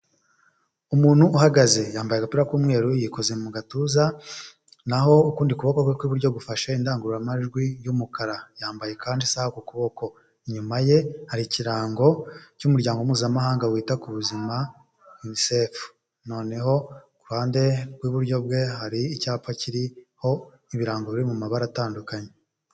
Umuntu uhagaze yambaye agapira k'umweru yikoze mu gatuza, naho ukundi kuboko kw'iburyo gufashe indangururamajwi y'umukara yambaye kandi isaha ku kuboko, inyuma ye hari ikirango cy'umuryango mpuzamahanga wita ku buzima "Yunisefu", noneho ku ruhande rw'iburyo bwe hari icyapa kiriho ibirango biri mu mabara atandukanye.